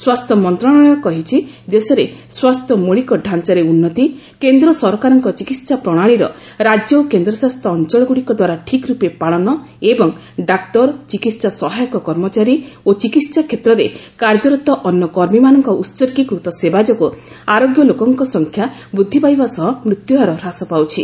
ସ୍ୱାସ୍ଥ୍ୟ ମନ୍ତ୍ରଣାଳୟ କହିଛି ଦେଶରେ ସ୍ୱାସ୍ଥ୍ୟ ମୌଳିକ ଡ଼ାଞାରେ ଉନ୍ନତି କେନ୍ଦ୍ର ସରକାରଙ୍କ ଚିକିହା ପ୍ରଣାଳୀର ରାଜ୍ୟ ଓ କେନ୍ଦ୍ରଶାସିତ ଅଞ୍ଚଳଗୁଡ଼ିକ ଦ୍ୱାରା ଠିକ୍ ରୂପେ ପାଳନ ଏବଂ ଡାକ୍ତର ଚିକିତ୍ସା ସହାୟକ କର୍ମଚାରୀ ଓ ଚିକିହା କ୍ଷେତ୍ରରେ କାର୍ଯ୍ୟରତ ଅନ୍ୟ କର୍ମୀମାନଙ୍କ ଉତ୍ଗୀକୃତ ସେବା ଯୋଗୁଁ ଆରୋଗ୍ୟ ଲୋକଙ୍କ ସଂଖ୍ୟା ବୃଦ୍ଧି ପାଇବା ସହ ମୃତ୍ୟୁହାର ହ୍ରାସ ପାଉଛି